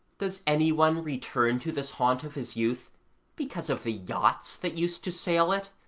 does any one return to this haunt of his youth because of the yachts that used to sail it?